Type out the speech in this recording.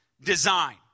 design